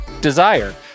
Desire